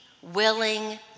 willing